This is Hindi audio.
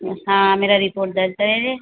हाँ मेरा रिपोर्ट दर्ज है